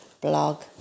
blog